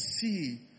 see